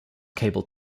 cable